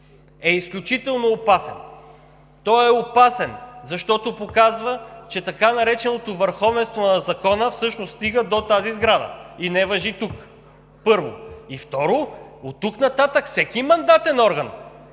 е изключително опасен. Той е опасен, защото показва, че така нареченото „върховенство на закона“ всъщност стига до тази сграда и не важи тук, първо. Второ, оттук нататък всеки мандатен орган